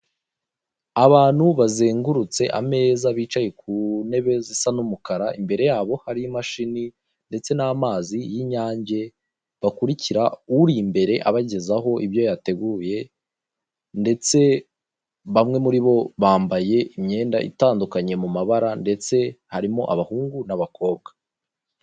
Abantu bazengurutse ameza bicaye ku ntebe zisa n'umukara, imbere yabo hari imashini ndetse n'amazi y'Inyange bakurikira, uri imbere abagezaho ibyo yateguye, ndetse bamwe muri bo bambaye imyenda itandukanye mu mabara, ndetse harimo abahungu n'abakobwa.